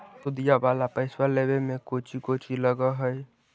सुदिया वाला पैसबा लेबे में कोची कोची लगहय?